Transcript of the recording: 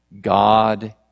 God